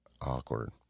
awkward